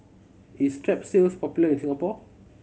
is Strepsils popular in Singapore